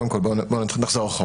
קודם כול בוא נחזור אחורה.